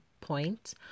point